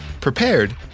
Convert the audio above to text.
prepared